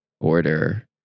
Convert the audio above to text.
order